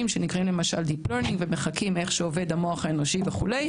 שנקראים למשל deep learning ומחקים איך שעובד המוח האנושי וכו'.